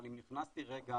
אבל אם נכנסתי רגע